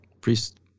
priest